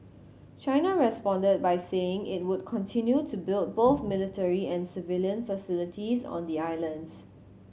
China responded by saying it would continue to build both military and civilian facilities on the islands